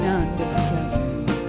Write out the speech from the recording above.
undiscovered